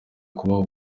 kubaho